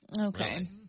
Okay